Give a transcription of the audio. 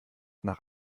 nach